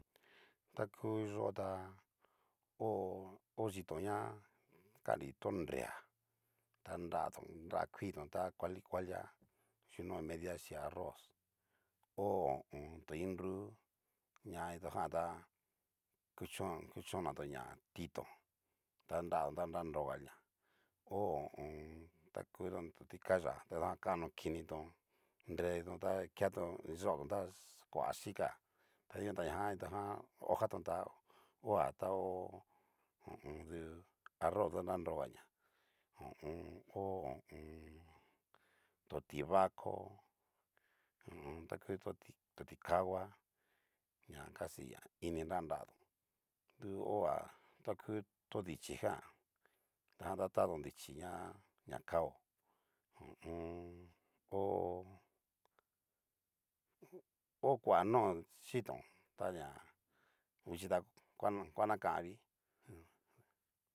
Taku yó'o ta ho, chiton ña kanri tonrea, ta nratón n ra kuiiton ta kuali kualia, yuno medida xhí arroz, ho o on. to iinrú ña itónjan ta, kuchón, kuchonatón ña titón ta nraton ta nanroga ña ho o on. taku totikayá tó kitojan kano kinitón nretón ta keatón, yóto ta kua shíka tadikuan tan ñajan hoja tón ta, hoa ta hó, ho o on du arroz tu nanrogaña ho o on. ho- ho o on. to ti vako hu u un. taku to ti kangua, ña casi ña ini nra nratón duoá ta ku todichí jan tajan ta tatón dichí ña ñakao hu u un. hó, ho kua nó yitón ta na vixhí ta va nakanvii.